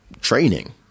training